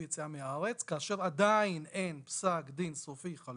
יציאה מן הארץ כאשר עדיין אין פסק דין חלוט,